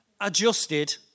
adjusted